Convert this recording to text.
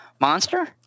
monster